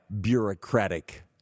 bureaucratic